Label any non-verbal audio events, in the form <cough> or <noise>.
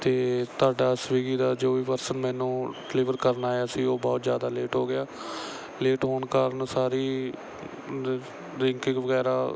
ਅਤੇ ਤੁਹਾਡਾ ਸਵੀਗੀ ਦਾ ਜੋ ਵੀ ਪਰਸਨ ਮੈਨੂੰ ਡਲੀਵਰ ਕਰਨ ਆਇਆ ਸੀ ਉਹ ਬਹੁਤ ਜ਼ਿਆਦਾ ਲੇਟ ਹੋ ਗਿਆ ਲੇਟ ਹੋਣ ਕਾਰਨ ਸਾਰੀ <unintelligible> ਡ੍ਰਿੰਕਿੰਗ ਵਗੈਰਾ